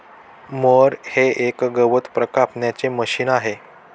mower हे एक गवत कापायचे मशीन आहे